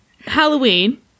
Halloween